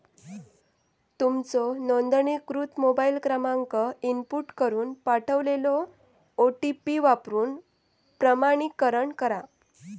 तुमचो नोंदणीकृत मोबाईल क्रमांक इनपुट करून पाठवलेलो ओ.टी.पी वापरून प्रमाणीकरण करा